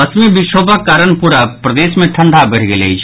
पश्चिमी विक्षोभक कारण पूरा प्रदेश मे ठंढा बढ़ि गेल अछि